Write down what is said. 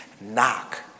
knock